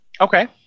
Okay